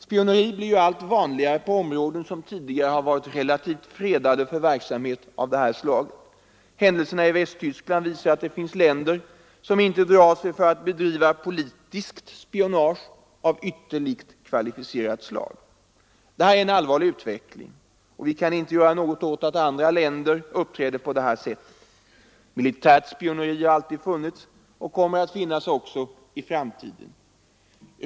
Spioneri blir allt vanligare på områden som tidigare varit relativt fredade för verksamhet av sådant slag. Händelserna i Västtyskland visar att det finns länder som inte drar sig för att bedriva politiskt spionage av ytterligt kvalificerat slag. Det här är en allvarlig utveckling, och vi kan inte göra något åt att andra länder uppträder på det sättet. Militärt spioneri har alltid funnits och kommer att finnas också i framtiden.